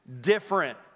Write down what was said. Different